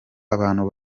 abantu